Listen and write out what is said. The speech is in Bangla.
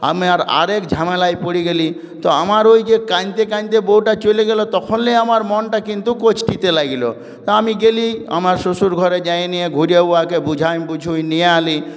আমি আর আরেক ঝামেলায় পড়ি গেলি তো আমার ওই যে কাইন্দতে কাইন্দতে বউটা চলে গেলো তখনই আমার মনটা কিন্তু কচকিতে লাগিলো তা আমি গেলি আমার শ্বশুর ঘরে যাইয়ে নিয়ে ঘুরে উয়াকে বুঝাই বুঝুন নিয়া আলি